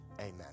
amen